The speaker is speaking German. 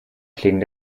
klingen